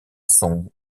son